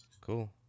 Cool